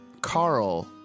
Carl